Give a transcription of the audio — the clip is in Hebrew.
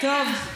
שלוש דקות.